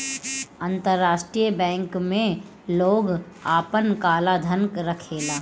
अंतरराष्ट्रीय बैंक में लोग आपन काला धन रखेला